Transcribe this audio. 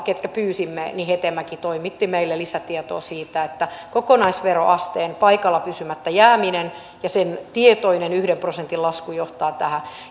ketkä pyysimme todella hetemäki toimitti lisätietoa siitä että kokonaisveroasteen paikalla pysymättä jäämiseen ja sen tietoiseen yhden prosentin laskuun johtaa tämä